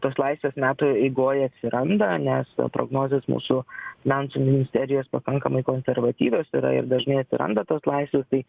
tos laisvės metų eigoj atsiranda nes prognozės mūsų finansų ministerijos pakankamai konservatyvios yra ir dažnai atsiranda tos laisvės tai